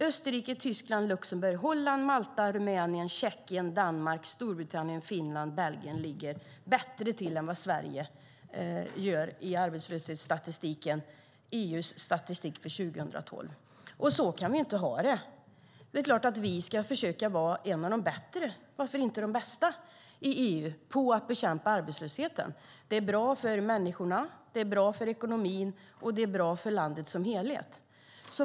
Österrike, Tyskland, Luxemburg, Holland, Malta, Rumänien, Tjeckien, Danmark, Storbritannien, Finland och Belgien ligger bättre till än vad Sverige gör i EU:s arbetslöshetsstatistik för 2012. Så kan vi inte ha det. Det är klart att vi ska försöka vara bland de bättre, varför inte bäst, i EU på att bekämpa arbetslösheten. Det är bra för människorna, det är bra för ekonomin och det är bra för landet som helhet.